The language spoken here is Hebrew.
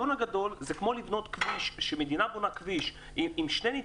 זה כמו לבנות כביש וכאשר מדינה בונה כביש עם שני נתיבים,